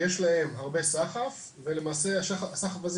יש להם הרבה סחף במקרה שכזה ולמעשה הסחף הזה